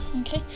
Okay